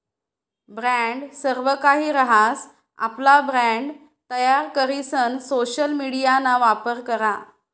brand सर्वकाहि रहास, आपला ब्रँड तयार करीसन सोशल मिडियाना वापर करा